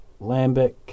Lambic